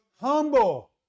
humble